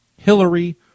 Hillary